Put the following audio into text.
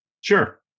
Sure